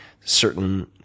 certain